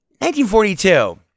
1942